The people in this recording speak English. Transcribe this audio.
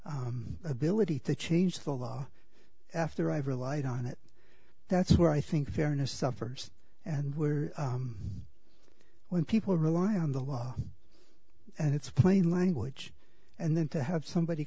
the ability to change the law after i've relied on it that's where i think fairness suffers and where when people rely on the law and its plain language and then to have somebody